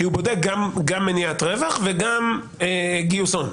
כי הוא בודק גם מניעת הרווח וגם גיוס הון?